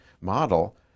model